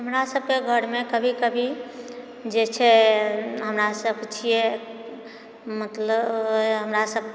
हमरा सबके घरमे कभी कभी जेछै हमरा सब छिए मतलब हमरा सब